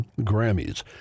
Grammys